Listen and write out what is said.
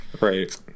right